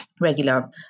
regular